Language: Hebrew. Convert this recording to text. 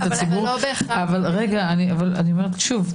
לציבור --- לא בהכרח --- אני אומרת שוב,